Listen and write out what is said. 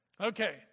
Okay